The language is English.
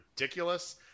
ridiculous